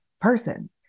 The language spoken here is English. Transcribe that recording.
person